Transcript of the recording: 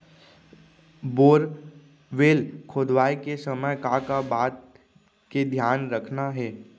Borewell खोदवाए के समय का का बात के धियान रखना हे?